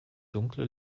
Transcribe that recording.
dunkle